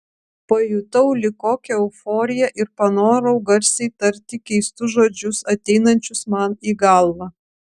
pajutau lyg kokią euforiją ir panorau garsiai tarti keistus žodžius ateinančius man į galvą